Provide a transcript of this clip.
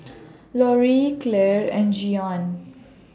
Loree Claire and Jeanne